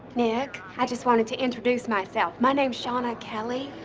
nick? i just wanted to introduce myself. my name's shawna kelly.